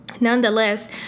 nonetheless